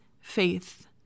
faith